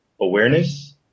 awareness